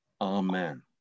Amen